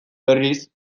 berriz